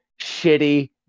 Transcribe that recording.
shitty